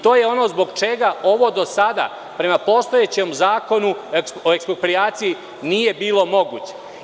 To je ono zbog čega ovo do sada, prema postojećem Zakonu o eksproprijaciji, nije bilo moguće.